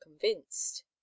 convinced